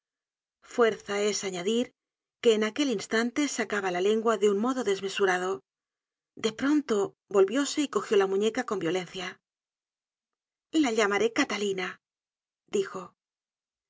fuerza es añadir que en aquel instante sacaba la lengua de un modo desmesurado de pronto volvióse y cogió la muñeca con violencia la llamaré catalina dijo